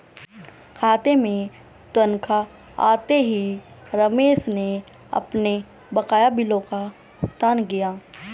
खाते में तनख्वाह आते ही रमेश ने अपने बकाया बिलों का भुगतान किया